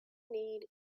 need